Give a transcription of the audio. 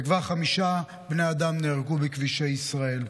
וכבר חמישה בני אדם נהרגו בכבישי ישראל.